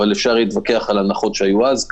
אבל אפשר להתווכח על ההנחות שהיו אז.